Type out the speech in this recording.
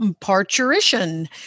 Parturition